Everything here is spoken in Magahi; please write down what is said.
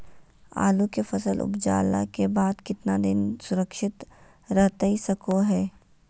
आलू के फसल उपजला के बाद कितना दिन सुरक्षित रहतई सको हय?